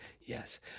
Yes